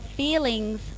feelings